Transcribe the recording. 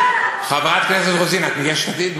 חברת הכנסת רוזין, את מיש עתיד?